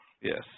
Yes